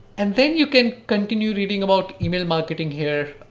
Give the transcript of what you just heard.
and then you can continue reading about email marketing here.